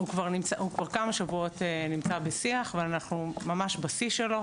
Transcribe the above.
הוא כבר כמה שבועות נמצא בשיח ואנחנו ממש בשיא שלו,